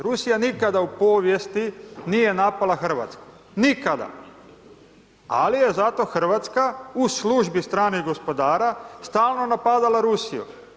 Rusija nikada u povijesti nije napala Hrvatsku, nikada, ali je zato Hrvatska u službi stranih gospodara stalno napadala Rusiju.